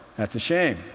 that's a shame.